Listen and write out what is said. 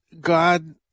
God